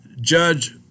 Judge